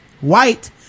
White